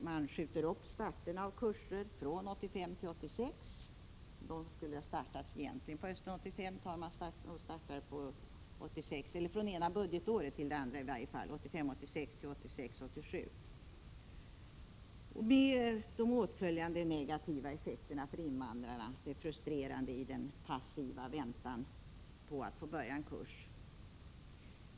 De skjuter upp kursstarter från det ena budgetåret till det andra, dvs. från 1986 88, med åtföljande negativa effekter för invandrarna, som blir frustrerade i passiv väntan på att få börja på en kurs.